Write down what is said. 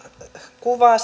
kuvaa